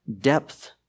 depth